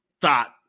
thought